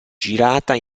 girata